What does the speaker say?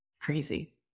crazy